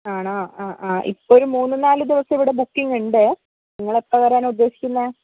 ആണോ ആ ആ ഇപ്പോൾ ഒരു മൂന്ന് നാല് ദിവസം ഇവിടെ ബുക്കിങ്ങ് ഉണ്ട് നിങ്ങൾ എപ്പോൾ വരാനാണ് ഉദ്ദേശിക്കുന്നത്